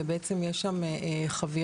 ובעצם יש שם חבירה.